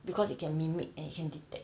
because it can mimic and it can detect